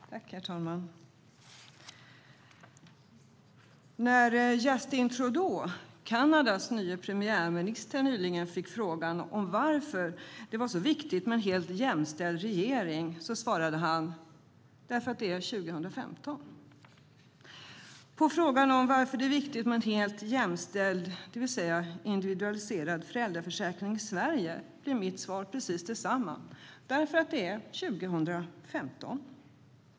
Herr talman! När Justin Trudeau, Kanadas nye premiärminister, nyligen fick frågan om varför det var så viktigt med en helt jämställd regering svarade han: Därför att det är 2015. På frågan om varför det är viktigt med en helt jämställd, det vill säga individualiserad, föräldraförsäkring i Sverige blir mitt svar detsamma: Därför att det är 2015.